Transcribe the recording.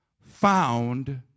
found